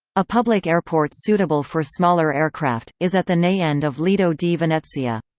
a public airport suitable for smaller aircraft, is at the ne end of lido di venezia.